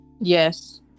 Yes